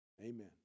Amen